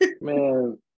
Man